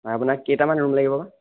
হয় আপোনাক কেইটামান ৰুম লাগিব বা